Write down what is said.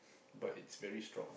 but it's very strong